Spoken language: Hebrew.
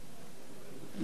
לרשותך שלוש דקות.